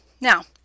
Now